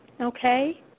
okay